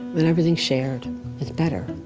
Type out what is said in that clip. and everything shared is better